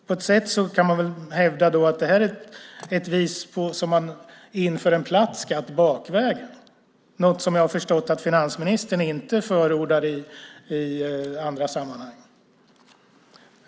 På ett sätt kan man väl hävda att man då inför en platt skatt bakvägen, något som jag har förstått att finansministern inte förordar i andra sammanhang.